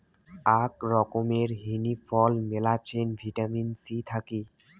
আক রকমের হিনি ফল মেলাছেন ভিটামিন সি থাকি